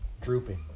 drooping